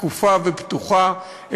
שקופה ופתוחה,